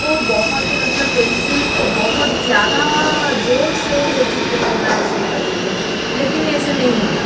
वह बहुत मतलब पेंसिल को बहुत ज़्यादा जोड़ से चित्र करना शुरू कर देते है लेकिन ऐसे नहीं होता